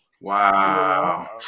Wow